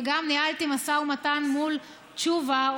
וגם ניהלתי משא ומתן מול תשובה,